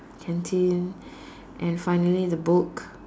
canteen and finally the book